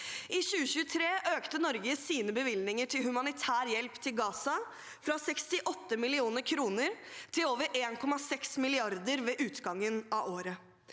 I 2023 økte Norge sine bevilgninger til humanitær hjelp til Gaza fra 68 mill. kr til over 1,6 mrd. kr ved utgangen av året.